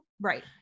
right